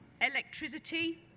electricity